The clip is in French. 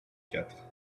quatre